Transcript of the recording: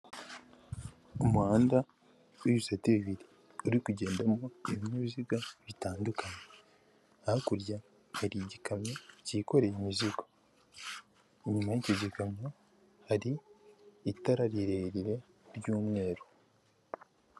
Umuhanda wibisate bibiri uri kugendamo ibinyabiziga bitandukanye, hakurya hari igikamyo cyikoreye imizigo, inyuma y'iki gikamyo hari itara rirerire ry'umweru.